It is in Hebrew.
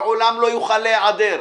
לעולם לא יוכל להיעדר,